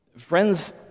Friends